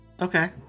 okay